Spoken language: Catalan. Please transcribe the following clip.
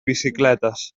bicicletes